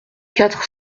quatre